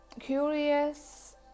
Curious